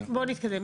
בואו נתקדם.